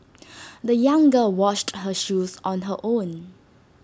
the young girl washed her shoes on her own